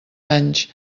anys